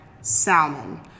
salmon